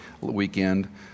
weekend